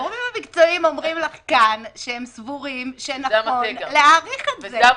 הגורמים המקצועיים אומרים לך כאן שהם סבורים שנכון להאריך את זה.